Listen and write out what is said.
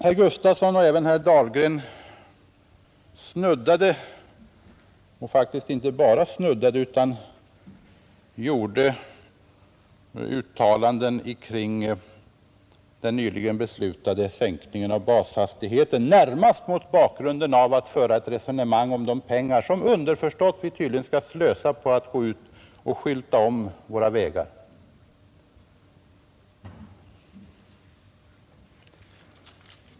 Herr Dahlgren snuddade vid den nyligen beslutade sänkningen av bashastigheten. Han gjorde det närmast mot bakgrund att han ville föra ett resonemang om de pengar som vi underförstått tydligen skulle slösa på att skylta om våra vägar.